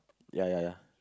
ya ya ya